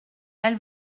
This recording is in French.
elle